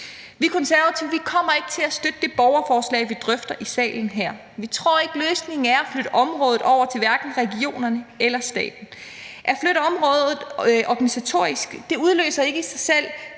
Vi Konservative kommer ikke til at støtte det borgerforslag, vi drøfter i salen her. Vi tror ikke, løsningen er at flytte området over til hverken regionerne eller staten. At flytte området organisatorisk udløser ikke i sig selv